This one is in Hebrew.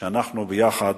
שאנחנו יחד